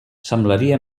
semblaria